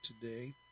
today